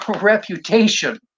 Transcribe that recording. reputation